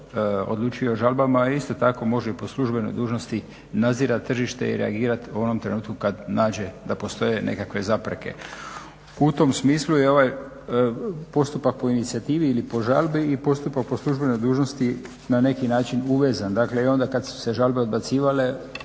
odlučuje o žalbama i isto tako može po službenoj dužnosti nadzirat tržište i reagirat u onom trenutku kad nađe da postoje nekakve zapreke. U tom smislu je ovaj postupak po inicijativi ili po žalbi i postupak po službenoj dužnosti na neki način uvezan, dakle i onda kad su se žalbe odbacivale